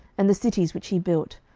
and the cities which he built,